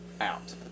out